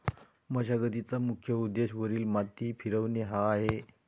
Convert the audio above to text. मशागतीचा मुख्य उद्देश वरील माती फिरवणे हा आहे